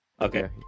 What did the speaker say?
Okay